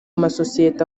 masosiyete